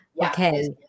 Okay